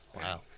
Wow